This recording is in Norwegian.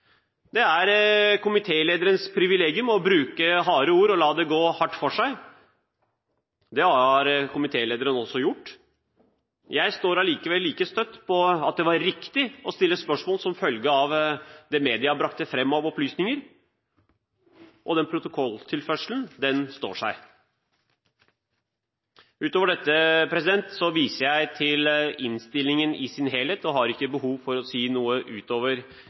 Det er komitélederens privilegium å bruke harde ord og la det gå hardt for seg. Det har komitélederen også gjort. Jeg står likevel like støtt på at det var riktig å stille spørsmål som følge av det media brakte fram av opplysninger, og protokolltilførselen står. Utover dette viser jeg til innstillingen i sin helhet, og har ikke behov for å si noe utover